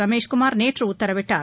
ரமேஷ் குமார் நேற்று உத்தரவிட்டார்